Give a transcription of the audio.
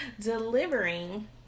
delivering